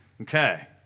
Okay